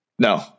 No